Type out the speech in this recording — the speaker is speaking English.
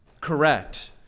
correct